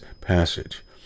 passage